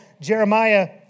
Jeremiah